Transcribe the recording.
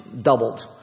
doubled